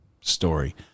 story